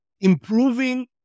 Improving